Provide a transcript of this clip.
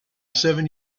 seven